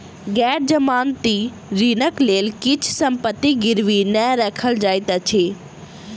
गैर जमानती ऋणक लेल किछ संपत्ति गिरवी नै राखल जाइत अछि